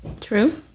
True